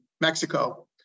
Mexico